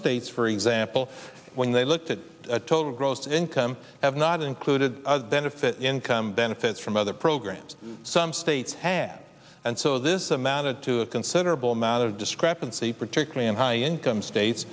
states for example when they looked at total gross income have not included benefit income benefits from other programs some states have and so this amounted to a considerable amount of discrepancy particularly in high income states